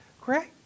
correct